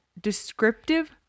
descriptive